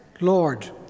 Lord